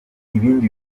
ibindi